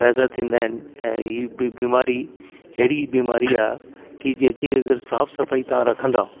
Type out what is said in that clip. पैदा थींदा आहिनि ऐं इहा बीमारी अहिड़ी बीमारी आहे की जेके अगरि साफ़ सफ़ाई तव्हां रखंदा